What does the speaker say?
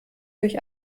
durch